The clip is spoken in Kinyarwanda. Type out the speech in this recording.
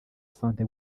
santé